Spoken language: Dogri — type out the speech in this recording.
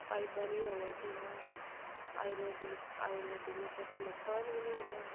फायदा निं होग असें गी निं ते आयुर्वेदिक दा नुकसान बी निं होना